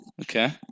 Okay